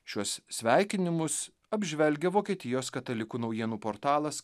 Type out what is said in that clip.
šiuos sveikinimus apžvelgia vokietijos katalikų naujienų portalas